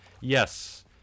Yes